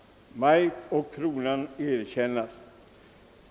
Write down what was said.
Maij:tt och Cronan erkiennas. 2.